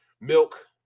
milk